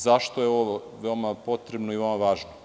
Zašto je ovo veoma potrebno i veoma važno?